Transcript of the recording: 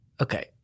Okay